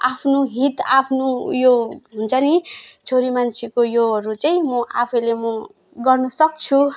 आफ्नो हित आफ्नो उयो हुन्छ नि छोरी मान्छेको योहरू चाहिँ आफैले म गर्नुसक्छु